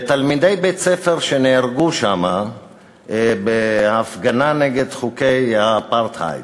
תלמידי בית-ספר נהרגו שם בהפגנה נגד חוקי האפרטהייד.